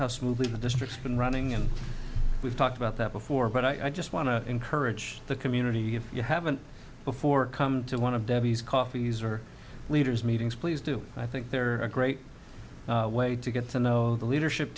how smoothly the district has been running and we've talked about that before but i just want to encourage the community if you haven't before come to one of debbie's coffees or leaders meetings please do i think there are a great way to get to know the leadership